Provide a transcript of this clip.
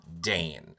Dane